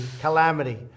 calamity